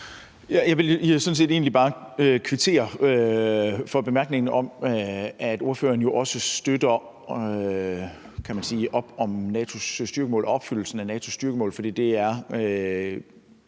Jeg vil sådan set egentlig bare kvittere for bemærkningen om, at ordføreren jo også, kan man sige, støtter op om opfyldelsen af NATO's styrkemål, for det er,